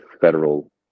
federal